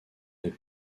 des